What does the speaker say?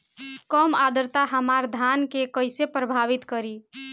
कम आद्रता हमार धान के कइसे प्रभावित करी?